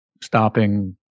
stopping